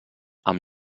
amb